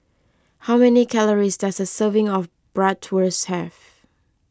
how many calories does a serving of Bratwurst have